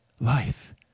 life